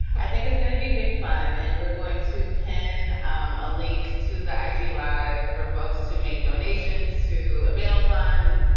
i think it's going to be big fun. and we're going to pen um a link to the iji life for folks to make donations to a bail fund.